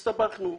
הסתבכנו.